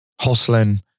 hustling